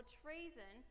treason